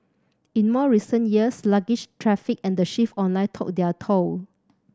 in more recent years sluggish traffic and the shift online took their toll